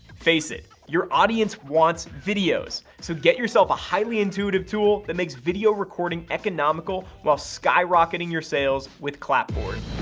face it your audience wants videos! so get yourself a highly intuitive tool that makes video recording economical while skyrocketing your sales with clapboard!